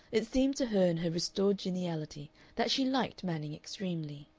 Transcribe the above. it seemed to her in her restored geniality that she liked manning extremely.